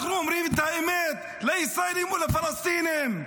אנחנו אומרים את האמת לישראלים ולפלסטינים: